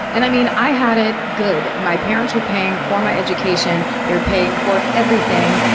and i mean, i had it good. my parents were paying for my education, they're paying for everything.